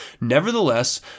Nevertheless